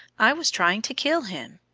i was trying to kill him!